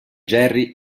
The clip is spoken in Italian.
jerry